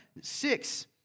Six